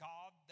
God